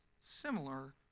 similar